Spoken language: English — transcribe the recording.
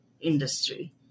industry